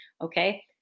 Okay